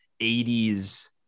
80s